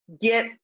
get